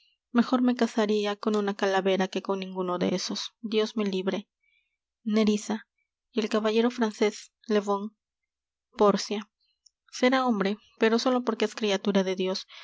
mejor me casaría con una calavera que con ninguno de esos dios me libre nerissa y el caballero francés le bon pórcia será hombre pero sólo porque es criatura de dios